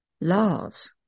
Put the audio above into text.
laws